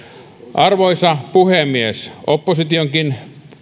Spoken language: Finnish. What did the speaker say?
arvoisa puhemies oppositionkin